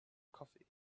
coffee